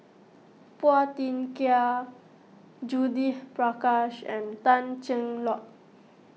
Phua Thin Kiay Judith Prakash and Tan Cheng Lock